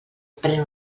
pren